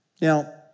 Now